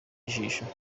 jisho